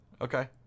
Okay